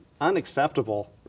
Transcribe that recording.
unacceptable